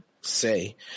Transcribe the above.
say